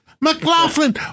McLaughlin